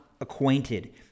acquainted